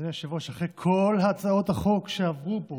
אדוני היושב-ראש, אחרי כל הצעות החוק שעברו פה